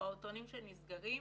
פעוטונים שנסגרים,